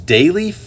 Daily